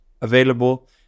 available